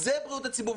זה בריאות הציבור.